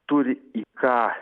turi į ką